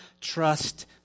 trust